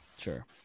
Sure